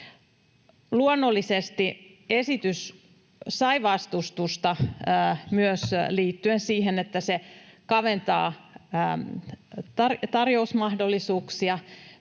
Luonnollisesti esitys sai vastustusta myös liittyen siihen, että se kaventaa tarjousmahdollisuuksia,